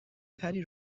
تری